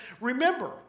remember